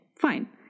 fine